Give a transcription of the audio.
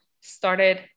started